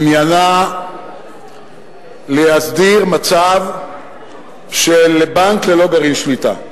עניינה להסדיר מצב של בנק ללא גרעין שליטה.